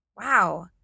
wow